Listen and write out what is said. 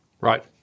Right